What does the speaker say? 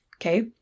Okay